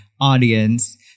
audience